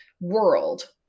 world